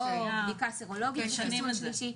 או בדיקה סרולוגית וחיסון שלישי.